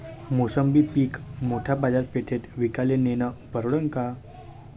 मोसंबी पीक मोठ्या बाजारपेठेत विकाले नेनं परवडन का?